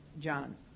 John